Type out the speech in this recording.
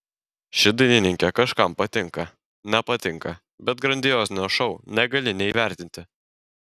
ši dainininkė kažkam patinka nepatinka bet grandiozinio šou negali neįvertinti